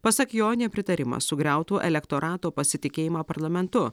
pasak jo nepritarimas sugriautų elektorato pasitikėjimą parlamentu